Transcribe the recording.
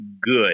good